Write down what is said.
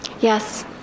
Yes